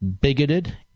bigoted